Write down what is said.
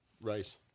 rice